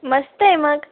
मस्त आहे मग